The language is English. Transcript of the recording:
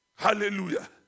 Hallelujah